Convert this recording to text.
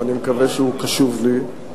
ואני מקווה שהוא קשוב לי.